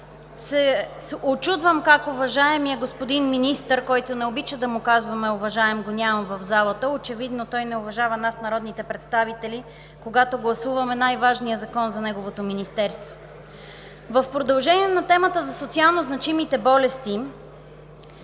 се учудвам как уважаемият господин Министър, който не обича да му казваме „уважаем,“ го няма в залата. Очевидно той не уважава нас, народните представители, когато гласуваме най-важния закон за неговото министерство. В продължение на темата за социално значимите болести